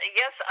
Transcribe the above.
yes